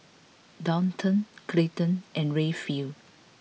Daulton Clayton and Rayfield